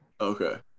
Okay